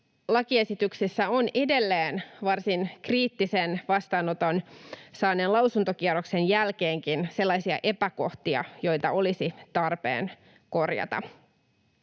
lakiesityksessä on edelleen varsin kriittisen lausuntokierroksen jälkeenkin sellaisia epäkohtia, joita olisi tarpeen korjata.